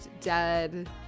dead